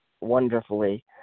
wonderfully